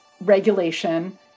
regulation